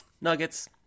Nuggets